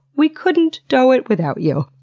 we couldn't dough it without you.